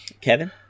Kevin